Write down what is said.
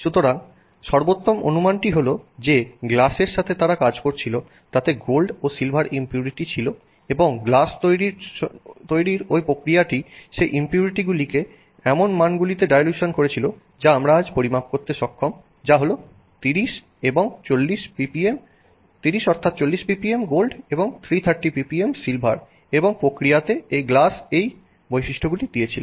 সুতরাং সর্বোত্তম অনুমানটি হল যে গ্লাসের সাথে তারা কাজ করছিল তাতে গোল্ড ও সিলভার ইম্পুরিটি ছিল এবং গ্লাস তৈরির ওই প্রক্রিয়াটি সেই ইম্পুরিটিগুলিকে এমন মানগুলিতে ডাইলিউশন করেছিল যা আমরা আজ পরিমাপ করতে সক্ষম যা হল এই 30 অর্থাৎ 40 ppm গোল্ড এবং 330 ppm সিলভার এবং প্রক্রিয়াতে গ্লাস এই বৈশিষ্ট্যগুলি দিয়েছিল